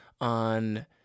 on